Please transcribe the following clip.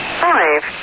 five